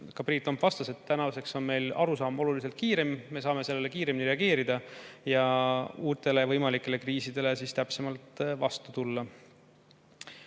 ka Priit Lomp vastas, et tänaseks on meil [protsess] oluliselt kiirem, me saame kiiremini reageerida ja uutele võimalikele kriisidele täpsemalt vastata.